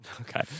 Okay